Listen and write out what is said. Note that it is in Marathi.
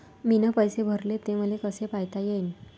मीन पैसे भरले, ते मले कसे पायता येईन?